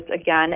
Again